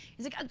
he's like,